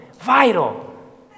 vital